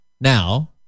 Now